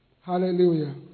Hallelujah